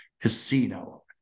casino